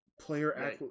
player